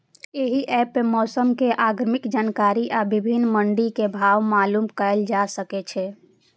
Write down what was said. एहि एप पर मौसम के अग्रिम जानकारी आ विभिन्न मंडी के भाव मालूम कैल जा सकै छै